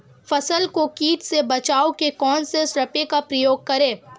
फसल को कीट से बचाव के कौनसे स्प्रे का प्रयोग करें?